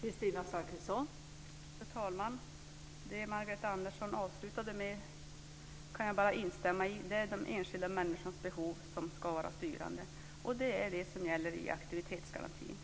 Fru talman! Jag kan bara instämma i det Margareta Andersson avslutade med. Det är de enskilda människornas behov som ska vara styrande. Det är det som gäller i aktivitetsgarantin.